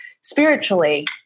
spiritually